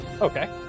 Okay